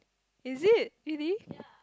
is it really